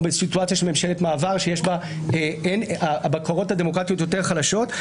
או בסיטואציה של ממשלת מעבר שבה הבקרות הדמוקרטיות הן יותר חלשות,